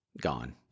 gone